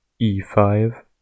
E5